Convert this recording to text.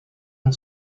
and